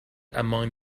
among